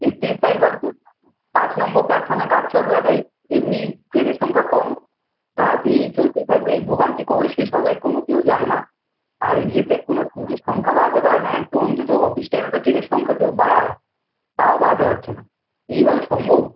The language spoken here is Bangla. একত্রিশ তারিখ অব্দি পাঁচ নম্বর প্ল্যাটফর্মে কাজ চলবে তাই এমনি ট্রেনের সংখ্যা কম তা এই চলতেই থাকবে এই ভোগান্তি কবে শেষ হবে কোনো কেউ জানে না আর ইয়েতে কোনো ট্রেনের সংখ্যা বাড়াতে পারে না একটু অন্তত অফিস টাইমে তো ট্রেনের সংখ্যা কেউ বাড়ায় তাও বাড়াতে পাচ্ছে না এইভাবে সম্ভব